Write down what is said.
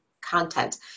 content